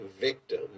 victim